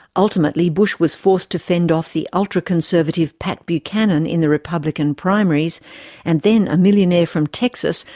ultimately, bush was forced to fend off the ultraconservative pat buchanan in the republican primaries and then a millionaire from texas,